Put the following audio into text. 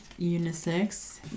Unisex